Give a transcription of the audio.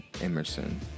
emerson